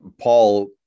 Paul